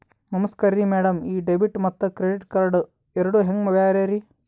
ನಮಸ್ಕಾರ್ರಿ ಮ್ಯಾಡಂ ಈ ಡೆಬಿಟ ಮತ್ತ ಕ್ರೆಡಿಟ್ ಕಾರ್ಡ್ ಎರಡೂ ಹೆಂಗ ಬ್ಯಾರೆ ರಿ?